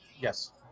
yes